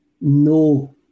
No